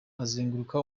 azenguruka